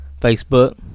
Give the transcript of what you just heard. Facebook